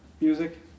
music